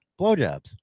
Blowjobs